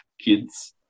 kids